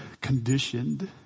conditioned